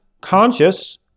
conscious